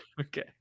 Okay